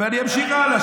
אבל אני אמשיך הלאה,